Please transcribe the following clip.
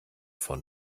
von